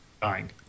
dying